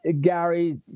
Gary